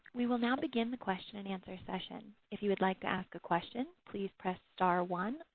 we will now begin the question and answer session. if you would like to ask a question, please press star one,